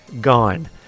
gone